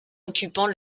occupant